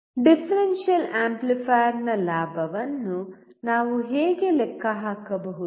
differential ಆಂಪ್ಲಿಫೈಯರ್ನ ಲಾಭವನ್ನು ನಾವು ಹೇಗೆ ಲೆಕ್ಕ ಹಾಕಬಹುದು